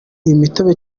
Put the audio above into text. imitobe